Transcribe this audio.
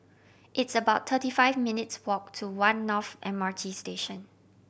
it's about thirty five minutes' walk to One North M R T Station